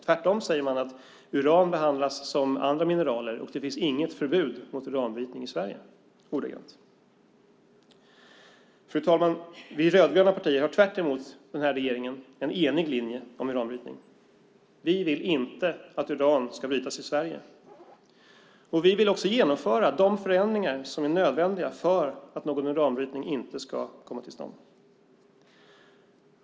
Tvärtom, säger man ordagrant, behandlas uran som andra mineraler, och det finns inget förbud mot uranbrytning i Sverige. Fru talman! Vi rödgröna partier har tvärtemot den här regeringen en enig linje om uranbrytning. Vi vill inte att uran ska brytas i Sverige. Vi vill också genomföra de förändringar som är nödvändiga för att någon uranbrytning inte ska komma till stånd.